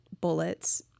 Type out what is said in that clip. bullets